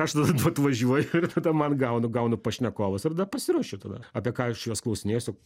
aš tada atvažiuoju ir tada man gaunu gaunu pašnekovus ir tada pasiruošiu tada apie ką aš juos klausinėsiu